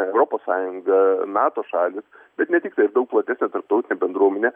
europos sąjunga nato šalys bet ne tiktai ir daug platesnė tarptautinė bendruomenė